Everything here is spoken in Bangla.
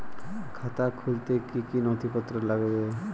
খাতা খুলতে কি কি নথিপত্র লাগবে?